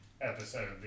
episode